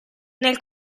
nel